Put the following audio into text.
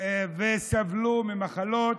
וסבלו ממחלות,